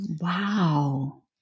Wow